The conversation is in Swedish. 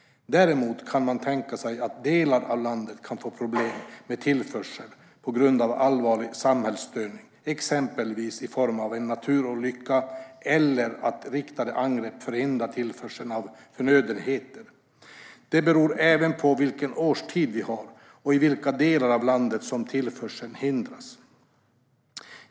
Däremot kan man tänka sig att delar av landet kan få problem med tillförseln på grund av allvarlig samhällsstörning, exempelvis i form av en naturolycka eller att riktade angrepp förhindrar tillförseln av förnödenheter. Det beror även på vilken årstid det är och i vilka delar av landet som tillförseln hindras.